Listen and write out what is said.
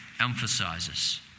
emphasizes